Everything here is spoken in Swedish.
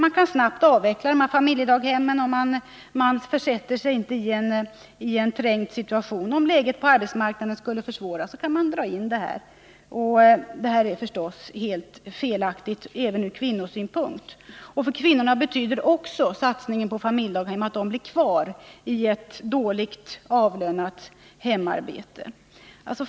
Man kan snabbt avveckla familjedaghemmen, och man försätter sig inte i en trängd situation — om läget på arbetsmarknaden skulle försvåras kan man dra in det hela. Det är förstås helt felaktigt även ur kvinnosynpunkt, och för kvinnorna betyder också satsningen på familjedaghem att de blir kvar i ett dåligt avlönat hemarbete.